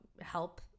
help